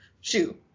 shoe